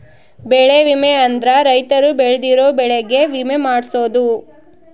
ಬೆಳೆ ವಿಮೆ ಅಂದ್ರ ರೈತರು ಬೆಳ್ದಿರೋ ಬೆಳೆ ಗೆ ವಿಮೆ ಮಾಡ್ಸೊದು